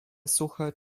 suche